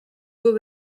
beaux